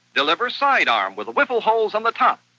deliver sidearm with the wiffle holes on the top.